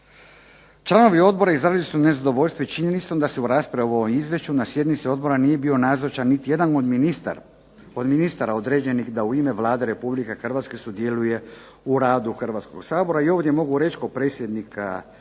Članovi Odbora izrazili su nezadovoljstvo činjenicom da se u raspravi o ovom Izvješću na sjednici Odbora nije bio nazočan niti jedan od ministara nadležnih da u ime Vlade Republike Hrvatske sudjeluje u radu Hrvatskog sabora i ovdje mogu reći kao predsjednik odbora,